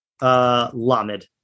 Lamed